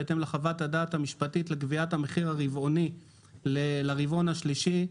בהתאם לחוות הדעת המשפטית לקביעת המחיר הרבעוני לרבעון השלישי,